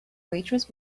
waitress